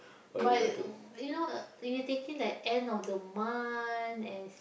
but you know if we take it like end of the month as